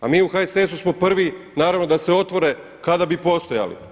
A mi u HSS-u smo prvi, naravno da se otvore kada bi postojali.